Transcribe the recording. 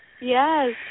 Yes